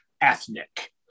ethnic